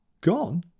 Gone